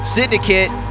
Syndicate